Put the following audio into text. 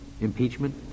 Impeachment